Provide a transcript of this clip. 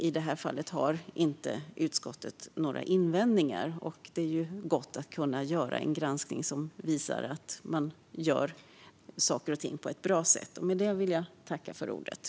I detta fall har utskottet inga invändningar, och det är gott att kunna genomföra en granskning som visar att saker och ting görs på ett bra sätt.